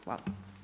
Hvala.